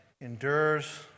endures